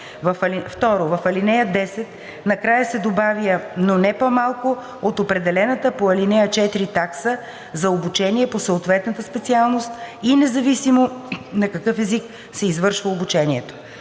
2. В ал. 10 накрая се добавя „но не по-малко от определената по ал. 4 такса за обучение по съответната специалност и независимо на какъв език се извършва обучението“.“